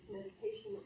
meditation